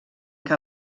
que